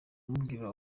umubwira